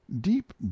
deep